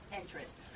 interest